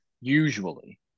usually